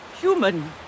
human